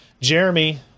Jeremy